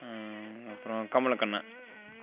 அப்புறம் கமலக்கண்ணன்